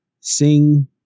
sing